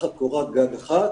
תחת קורת גג אחת,